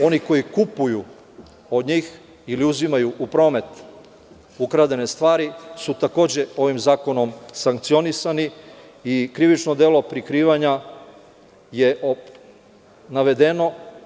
Oni koji kupuju od njih ili uzimaju u promet ukradene stvari su takođe, ovim zakonom sankcionisani i krivično delo prikrivanja je navedeno.